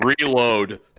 Reload